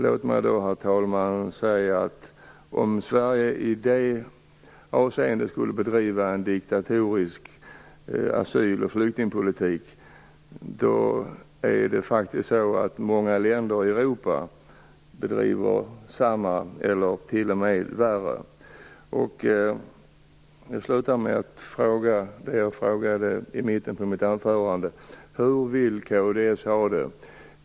Låt mig då säga, herr talman, att om man tycker att Sverige i det avseendet bedriver en diktatorisk asyl och flyktingpolitik så är det faktiskt många länder i Europa som bedriver samma eller t.o.m. värre asyl och flyktingpolitik. Jag vill avsluta med att ställa samma fråga som jag ställde i mitten av mitt anförande. Hur vill kds ha det?